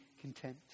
content